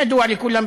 כידוע לכולם,